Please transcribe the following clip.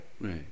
right